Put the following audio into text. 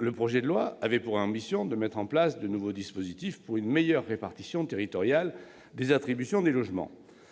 Le projet de loi était sous-tendu par l'ambition de mettre en place de nouveaux dispositifs pour assurer une meilleure répartition territoriale des attributions de logements